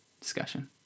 discussion